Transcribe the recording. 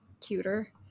cuter